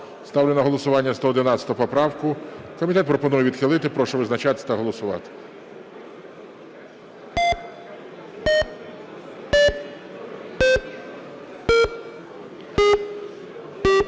Ставлю на голосування 111 поправку. Комітет пропонує відхилити. Прошу визначатись та голосувати.